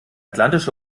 atlantische